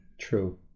true